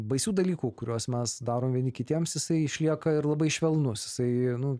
baisių dalykų kuriuos mes darom vieni kitiems jisai išlieka ir labai švelnus jisai nu